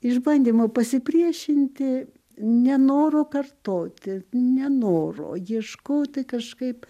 iš bandymo pasipriešinti nenoro kartoti nenoro ieškoti kažkaip